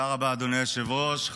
תודה רבה, אדוני היושב-ראש.